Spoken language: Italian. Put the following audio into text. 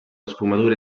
sfumature